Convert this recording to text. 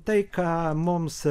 tai ką mums